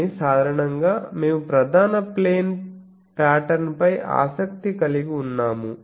కానీ సాధారణంగా మేము ప్రధాన ప్లేన్ పాటర్న్ పై ఆసక్తి కలిగి ఉన్నాము